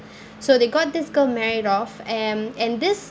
so they got this girl married off and and this